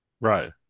Right